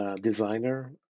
designer